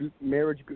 marriage